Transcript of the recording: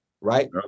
right